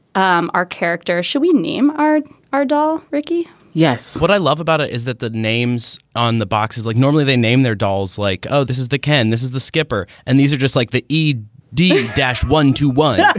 um our character shall we name our our doll. ricky yes. what i love about it is that the names on the box is like normally they name their dolls like oh this is the ken. this is the skipper and these are just like the e d dash one two one yeah